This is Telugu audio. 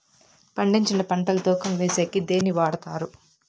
పండించిన పంట తూకం వేసేకి దేన్ని వాడతారు?